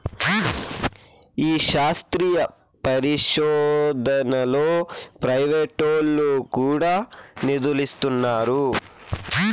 ఈ శాస్త్రీయ పరిశోదనలో ప్రైవేటోల్లు కూడా నిదులిస్తున్నారు